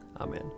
Amen